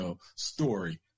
story